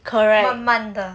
correct